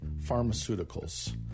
pharmaceuticals